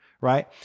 Right